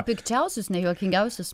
pikčiausius ne juokingiausius